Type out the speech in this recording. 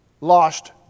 lost